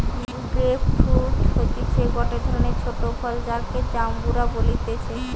grape fruit হতিছে গটে ধরণের ছোট ফল যাকে জাম্বুরা বলতিছে